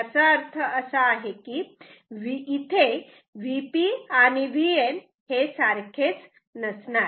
याचा अर्थ असा की Vp आणि Vn हे सारखेच नसणार